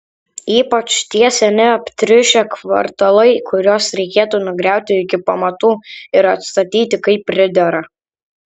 ypač tie seni aptriušę kvartalai kuriuos reikėtų nugriauti iki pamatų ir atstatyti kaip pridera